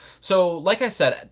so, like i said,